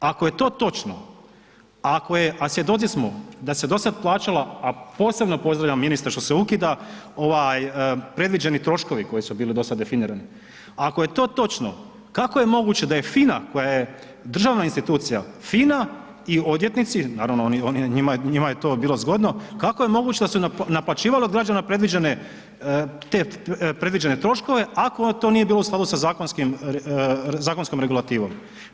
Ako je to točno, a ako je, a svjedoci smo da se dosad plaćala, a posebno pozdravljam ministre, što se ukida, predviđeni troškovi koji su bili dosad definirani, ako je to točno, kako je moguće da FINA koja je državna institucija, FINA i odvjetnici, naravni, oni, njima je to bilo zgodno, kako je moguće da su naplaćivali od građana predviđene te predviđene troškove, ako to nije bilo u skladu sa zakonskom regulativom.